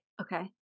Okay